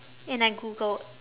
and I googled